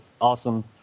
awesome